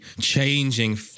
changing